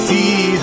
See